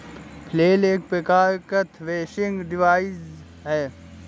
flail एक प्रकार का थ्रेसिंग डिवाइस है